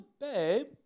babe